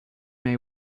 may